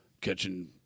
catching